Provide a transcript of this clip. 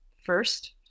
first